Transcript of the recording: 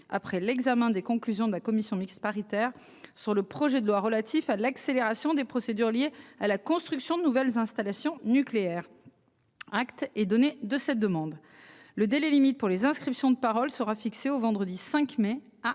après l'examen des conclusions de la commission mixte paritaire sur le projet de loi relatif à l'accélération des procédures liées à la construction de nouvelles installations nucléaires. Acte et donner de cette demande. Le délai limite pour les inscriptions de parole sera fixée au vendredi 5 mai